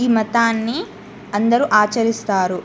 ఈ మతాన్ని అందరూ ఆచరిస్తారు